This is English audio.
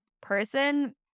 person